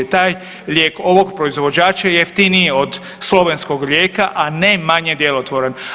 Taj lijek ovog proizvođača jeftiniji je od slovenskog lijeka, a ne manje djelotvoran.